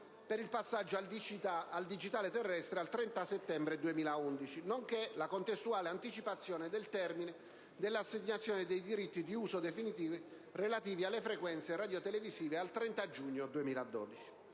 per il passaggio al digitale terrestre al 30 settembre 2011, nonché la contestuale anticipazione del termine della assegnazione dei diritti di uso definitivi relativi alle frequenze radiotelevisive al 30 giugno 2012.